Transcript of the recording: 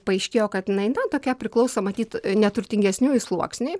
paaiškėjo kad jinai nu tokia priklauso matyt neturtingesniųjų sluoksniui